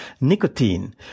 nicotine